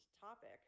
topic